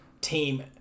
team